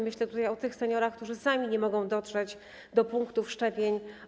Myślę tutaj o tych seniorach, którzy sami nie mogą dotrzeć do punktów szczepień.